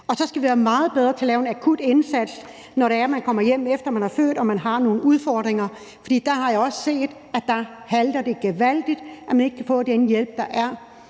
Og så skal vi være meget bedre til at lave en akut indsats, når man kommer hjem, efter man har født, og har nogle udfordringer. For der har jeg også set, at det halter gevaldigt, og at man ikke kan få den hjælp, der er,